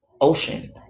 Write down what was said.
ocean